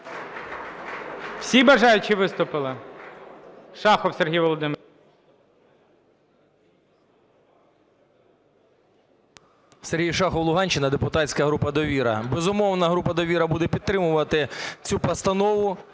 Всі бажаючі виступили?